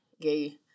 gay